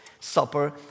Supper